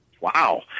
Wow